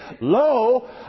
Lo